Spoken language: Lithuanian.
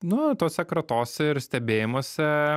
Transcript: nu tose kratose ir stebėjimuose